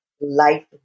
life